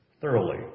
thoroughly